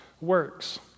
works